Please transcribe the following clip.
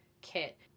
kit